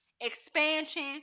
expansion